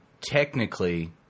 technically